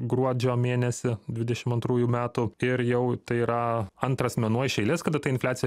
gruodžio mėnesį dvidešim antrųjų metų ir jau tai yra antras mėnuo iš eilės kada ta infliacija